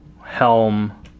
helm